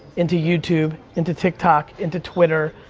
into youtube, into tiktok, into twitter,